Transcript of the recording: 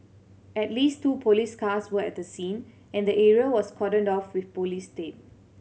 at least two police cars were at the scene and the area was cordoned off with police tape